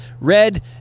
red